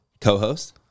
co-host